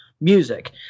music